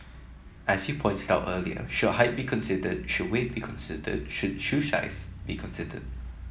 as you pointed out earlier should height be considered should weight be considered should shoe size be considered